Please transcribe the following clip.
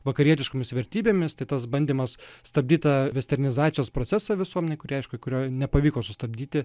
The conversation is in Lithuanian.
vakarietiškomis vertybėmis tai tas bandymas stabdyt tą vesternizacijos procesą visuomenėj kurio aišku kurio nepavyko sustabdyti